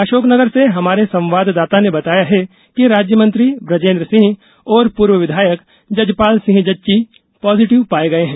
अशोकनगर से हमारे संवाददाता ने बताया है कि राज्यमंत्री ब्रजेन्द्र सिंह और पूर्व विधायक जजपाल सिंह जज्जी पॉजिटिव पाये गये हैं